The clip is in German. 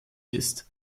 ist